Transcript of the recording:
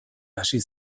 hasi